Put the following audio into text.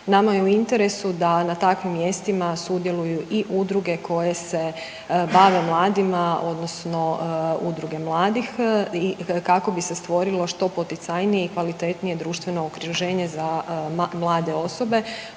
Nama je u interesu da na takvim mjestima sudjeluju i udruge koje se bave mladima, odnosno udruge mladih kako bi se stvorilo što poticajnije i kvalitetnije društveno okruženje za mlade osobe